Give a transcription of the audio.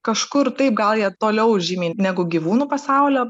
kažkur taip gal jie toliau žymiai negu gyvūnų pasaulio